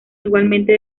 igualmente